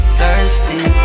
thirsty